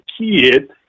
kid